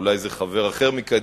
אולי זה חבר אחר מקדימה,